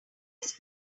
eyes